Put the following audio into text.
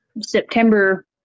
September